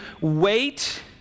wait